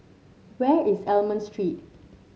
where is Almond Street